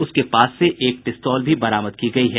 उसके पास से एक पिस्तौल भी बरामद की गयी है